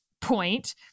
point